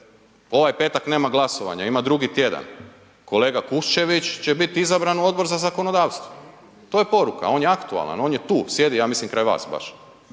ovaj petak nema glasovanja, ima drugi tjedan, kolega Kuščević će biti izabran u Odbor za zakonodavstvo, to je poruka, on je aktualan, on je tu, sjedi ja mislim kraj vas baš,